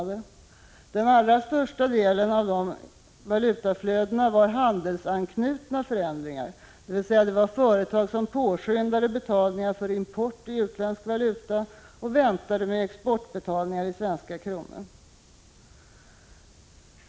Den allra största delen var handelsanknutna förändringar, dvs. företag påskyndade betalningar för import i utländsk valuta och väntade med exportbetalningar i svenska kronor.